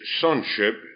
Sonship